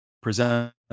present